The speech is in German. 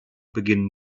beginnen